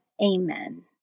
Amen